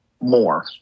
more